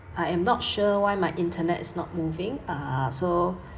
I am not sure why my internet is not moving uh so